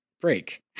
break